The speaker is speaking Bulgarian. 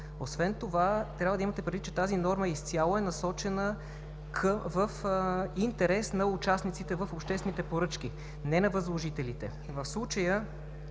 Освен това трябва да имате предвид, че тази норма изцяло е насочена в интерес на участниците в обществените поръчки, не на възложителите.